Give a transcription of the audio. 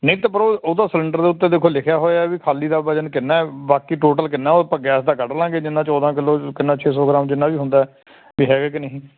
ਨਹੀਂ ਤਾਂ ਫਿਰ ਉਹਦਾ ਸਲਿੰਡਰ ਦੇ ਉੱਤੇ ਦੇਖੋ ਲਿਖਿਆ ਹੋਇਆ ਵੀ ਖਾਲੀ ਦਾ ਵਜ਼ਨ ਕਿੰਨਾ ਬਾਕੀ ਟੋਟਲ ਕਿੰਨਾ ਉਹ ਆਪਾਂ ਗੈਸ ਦਾ ਕੱਢ ਲਵਾਂਗੇ ਜਿੰਨਾਂ ਚੌਦ੍ਹਾਂ ਕਿਲੋ ਕਿੰਨਾ ਛੇ ਸੌ ਗ੍ਰਾਮ ਜਿੰਨਾ ਵੀ ਹੁੰਦਾ ਹੈਗਾ ਕਿ ਨਹੀਂ